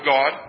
God